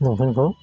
लंफेनखौ